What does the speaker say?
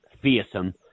fearsome